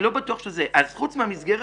אני לא בטוח --- אז חוץ מהמסגרת